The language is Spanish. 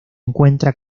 encuentra